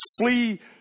flee